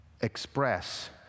express